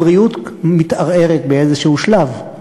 הבריאות מתערערת באיזשהו שלב,